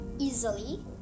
Easily